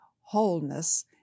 wholeness